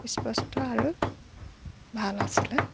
স্পষ্ট আৰু ভাল আছিলে